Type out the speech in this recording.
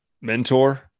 mentor